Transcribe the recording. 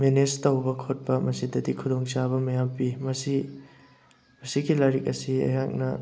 manage ꯇꯧꯕ ꯈꯣꯠꯄ ꯃꯁꯤꯗꯗꯤ ꯈꯨꯗꯣꯡ ꯆꯥꯕ ꯃꯌꯥꯝ ꯄꯤ ꯃꯁꯤ ꯃꯁꯤꯒꯤ ꯂꯥꯏꯔꯤꯛ ꯑꯁꯤ ꯑꯩꯍꯥꯛꯅ